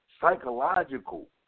psychological